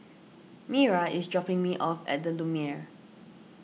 Mira is dropping me off at the Lumiere